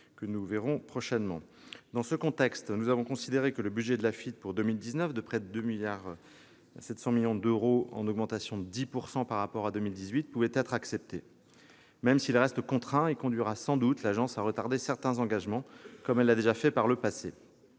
que nous examinerons prochainement. Dans ce contexte, nous avons considéré que le budget de l'AFITF pour 2019, qui s'élèvera à près de 2,7 milliards d'euros, soit une augmentation de 10 % par rapport à 2018, pouvait être accepté, même s'il reste contraint et conduira sans doute l'agence à retarder certains engagements, comme elle l'a déjà fait par le passé.